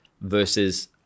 versus